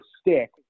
stick